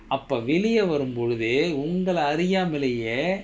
அப்ப வெளிய வரும் பொழுதே உங்கள அறியாமலேயே:appe veliya varum poluthae ungaala ariyaamalayae